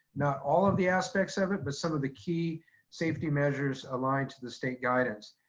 not all of the aspects of it, but some of the key safety measures aligned to the state guidance.